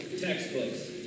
Textbooks